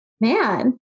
man